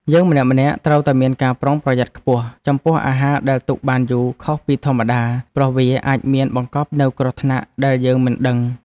យើងម្នាក់ៗត្រូវតែមានការប្រុងប្រយ័ត្នខ្ពស់ចំពោះអាហារដែលទុកបានយូរខុសពីធម្មតាព្រោះវាអាចមានបង្កប់នូវគ្រោះថ្នាក់ដែលយើងមិនដឹង។